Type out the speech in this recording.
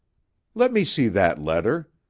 let me see that letter,